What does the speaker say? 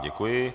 Děkuji.